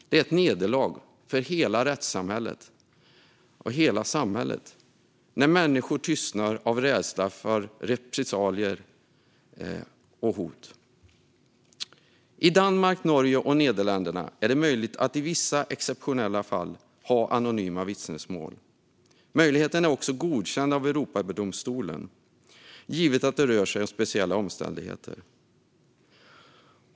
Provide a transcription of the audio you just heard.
Det är ett nederlag för rättsväsendet och för hela samhället när människor tystnar av rädsla för repressalier och hot. I Danmark, Norge och Nederländerna är det möjligt att i vissa exceptionella fall använda anonyma vittnesmål. Möjligheten är också godkänd av Europadomstolen, givet att det rör sig om speciella omständigheter.